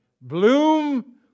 Bloom